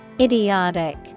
Idiotic